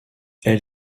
elle